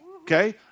okay